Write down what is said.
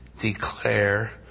declare